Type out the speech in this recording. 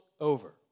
over